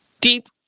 deep